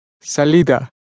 Salida